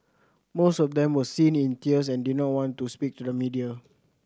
most of them were seen in tears and did not want to speak to the media